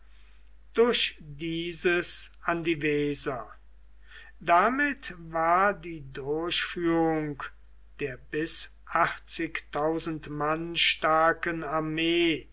durch dieses an die weser damit war die durchführung der bis mann starken armee